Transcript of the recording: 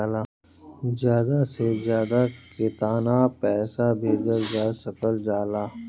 ज्यादा से ज्यादा केताना पैसा भेजल जा सकल जाला?